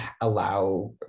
allow